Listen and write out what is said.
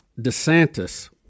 DeSantis